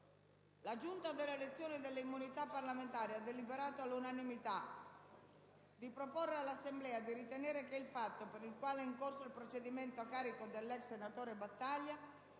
La Giunta delle elezioni e delle immunità parlamentari ha deliberato all'unanimità di proporre all'Assemblea di ritenere che il fatto, per il quale è in corso il procedimento a carico del signor Giovanni